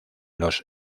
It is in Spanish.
los